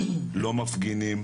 לא מפגינים,